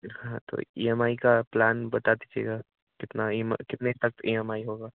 हाँ तो E M I का प्लान बता दीजिएगा कितना ई एम कितने तक ई एम आई होगा